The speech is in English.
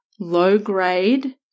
low-grade